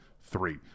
three